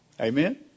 Amen